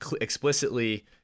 explicitly